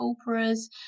operas